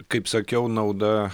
kaip sakiau nauda